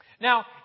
Now